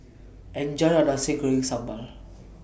Enjoy your Nasi Goreng Sambal